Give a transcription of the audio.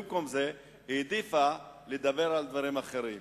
במקום זה היא העדיפה לדבר על דברים אחרים.